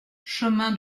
chemin